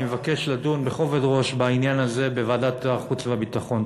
אני מבקש לדון בכובד ראש בעניין הזה בוועדת החוץ והביטחון.